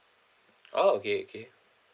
oh okay okay